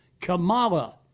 Kamala